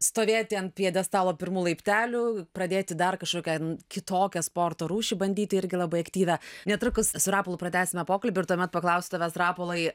stovėti ant pjedestalo pirmų laiptelių pradėti dar kažkokią kitokią sporto rūšį bandyti irgi labai aktyvią netrukus su rapolu pratęsime pokalbį ir tuomet paklausiu tavęs rapolai